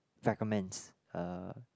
recommends uh